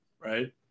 Right